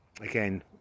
again